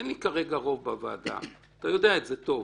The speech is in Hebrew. אין לי כרגע רוב ואתה יודע את זה טוב.